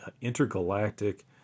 intergalactic